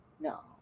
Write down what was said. No